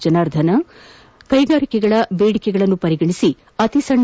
ಜನಾರ್ಧನ ಕ್ಲೆಗಾರಿಕೆಗಳ ದೇಡಿಕೆಗಳನ್ನು ಪರಿಗಣಿಸಿ ಅತಿ ಸಣ್ಣ